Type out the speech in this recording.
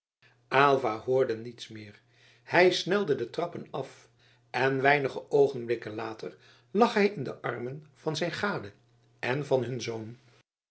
aylva hoorde niets meer hij snelde de trappen af en weinige oogenblikken later lag hij in de armen van zijn gade en van hun zoon